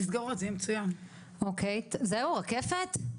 אוקיי, זהו רקפת?